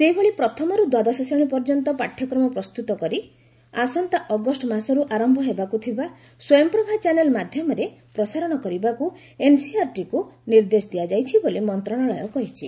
ସେହିଭଳି ପ୍ରଥମରୁ ଦ୍ୱାଦଶ ଶ୍ରେଣୀ ପର୍ଯ୍ୟନ୍ତ ପାଠ୍ୟକ୍ରମ ପ୍ରସ୍ତୁତ କରି ଆସନ୍ତା ଅଗଷ୍ଟ ମାସରୁ ଆରମ୍ଭ ହେବାକୁ ଥିବା ସ୍ୱୟଂପ୍ରଭା ଚ୍ୟାନେଲ୍ ମାଧ୍ୟମରେ ପ୍ରସାରଣ କରିବାକୁ ଏନ୍ସିଆର୍ଟିକୁ ନିର୍ଦ୍ଦେଶ ଦିଆଯାଇଛି ବୋଲି ମନ୍ତ୍ରଣାଳୟ କହିଛି